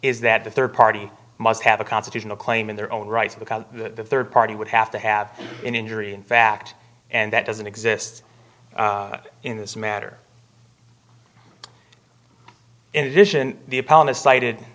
is that the third party must have a constitutional claim in their own rights because the third party would have to have an injury in fact and that doesn't exist in this matter in addition the apologist cited